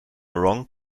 wrong